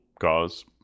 cause